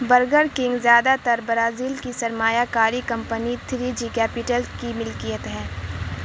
burger King زیادہ تر Brazil کی سرمایہ کاری کمپنی تھری جی کیپٹل کی ملکیت ہے